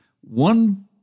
One